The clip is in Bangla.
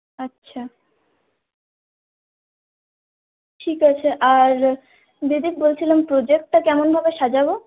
আচ্ছা ঠিক আছে আর দিদি বলছিলাম প্রোজেক্টটা কেমনভাবে সাজাব